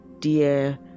dear